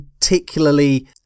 particularly